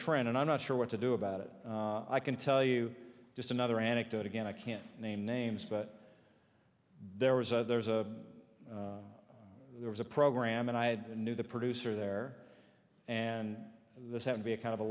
trend and i'm not sure what to do about it i can tell you just another anecdote again i can't name names but there was a there was a there was a program and i had knew the producer there and this had to be a kind of a